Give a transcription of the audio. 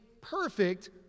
perfect